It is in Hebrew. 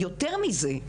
יותר מזה,